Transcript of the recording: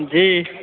जी